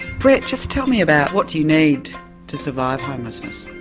brett, just tell me about what you need to survive homlessness?